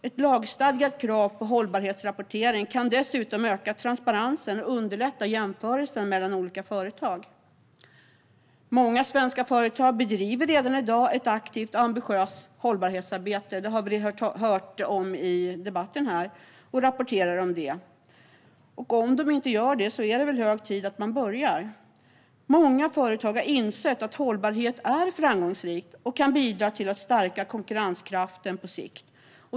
Ett lagstadgat krav på hållbarhetsrapportering kan dessutom öka transparensen och underlätta jämförelsen mellan olika företag. Många svenska företag bedriver redan i dag ett aktivt och ambitiöst hållbarhetsarbete, vilket vi har hört om här i debatten, och rapporterar om det. Om de inte gör det är det hög tid att börja. Många företag har insett att hållbarhet är framgångsrikt och kan bidra till att stärka konkurrenskraften på sikt.